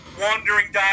wandering